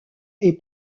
est